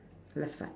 left side